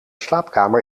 slaapkamer